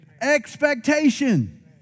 Expectation